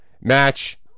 match